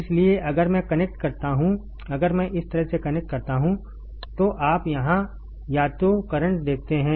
इसलिए अगर मैं कनेक्ट करता हूं अगर मैं इस तरह से कनेक्ट करता हूं तो आप यहां या तो करंट देखते हैं